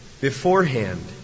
beforehand